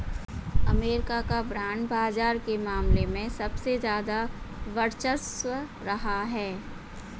अमरीका का बांड बाजार के मामले में सबसे ज्यादा वर्चस्व रहा है